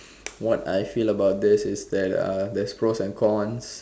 what I feel about this is that uh there's pros and cons